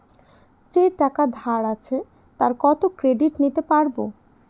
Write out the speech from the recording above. যে টাকা ধার আছে, আর কত ক্রেডিট নিতে পারবো?